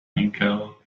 ankle